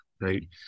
right